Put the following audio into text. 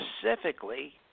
specifically